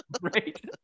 Right